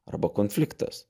arba konfliktas